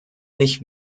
nicht